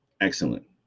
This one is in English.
excellent